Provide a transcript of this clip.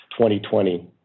2020